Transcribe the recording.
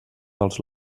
dels